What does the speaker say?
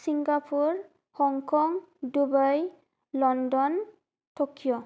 Singapore Hong Kong Dubai London Tokyo